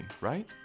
right